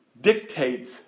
dictates